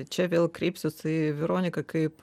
čia vėl kreipsiuos į veroniką kaip